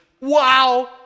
wow